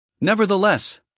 Nevertheless